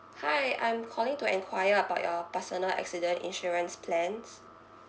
hi I'm calling to enquire about your personal accident insurance plans